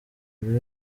buri